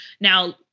Now